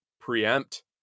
preempt